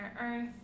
Earth